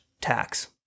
tax